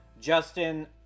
justin